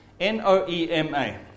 N-O-E-M-A